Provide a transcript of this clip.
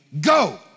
go